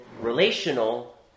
relational